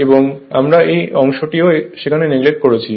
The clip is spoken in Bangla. এবং আমরা এর এই অংশটিও সেখানে নেগলেক্ট করছি